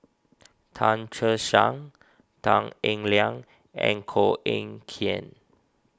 Tan Che Sang Tan Eng Liang and Koh Eng Kian